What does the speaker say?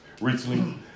recently